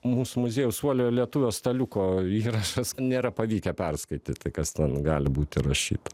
mūsų muziejaus uoliojo lietuvio staliuko įrašas nėra pavykę perskaityti kas ten gali būt įrašyta